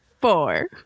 four